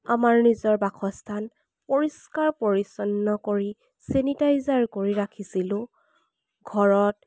আমাৰ নিজৰ বাসস্থান পৰিষ্কাৰ পৰিচ্ছন্ন কৰি চেনিটাইজাৰ কৰি ৰাখিছিলোঁ ঘৰত